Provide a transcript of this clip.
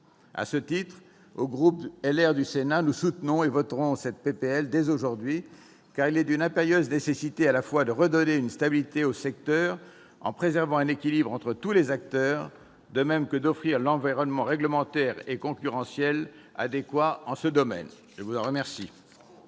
À ce titre, au groupe Les Républicains du Sénat, nous soutenons et voterons cette proposition de loi dès aujourd'hui, car il est d'une impérieuse nécessité à la fois de redonner une stabilité au secteur en préservant un équilibre entre tous les acteurs, de même que d'offrir l'environnement réglementaire et concurrentiel adéquat en ce domaine. La parole est à M.